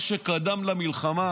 מה שקדם למלחמה,